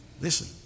Listen